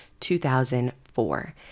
2004